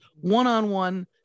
one-on-one